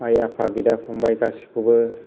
आइ आफा बिदा फंबाय गासिखौबो